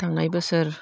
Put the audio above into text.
थांनाय बोसोर